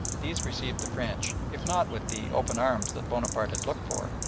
these received the french, if not with the open arms that bonaparte had looked for,